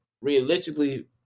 Realistically